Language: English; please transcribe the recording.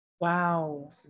Wow